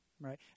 Right